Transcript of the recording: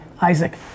Isaac